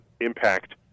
impact